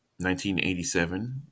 1987